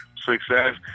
success